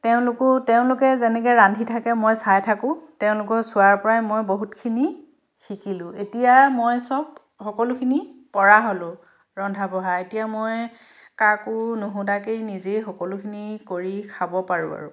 তেওঁলোকো তেওঁলোকে যেনেকৈ ৰান্ধি থাকে মই চাই থাকোঁ তেওঁলোকৰ চোৱাৰ পৰাই মই বহুতখিনি শিকিলোঁ এতিয়া মই চব সকলোখিনি পৰা হ'লোঁ ৰন্ধা বঢ়া এতিয়া মই কাকো নোসোধাকেই নিজেই সকলোখিনি কৰি খাব পাৰোঁ আৰু